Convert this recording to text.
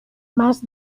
más